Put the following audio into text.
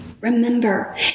Remember